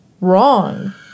wrong